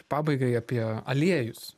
pabaigai apie aliejus